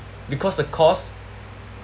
because the cost